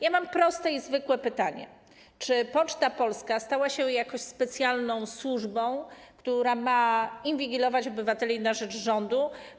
Ja mam proste i zwykłe pytanie: Czy Poczta Polska stała się jakąś specjalną służbą, która ma inwigilować obywateli na rzecz rządu?